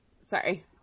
sorry